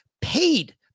paid